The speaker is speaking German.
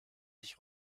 sich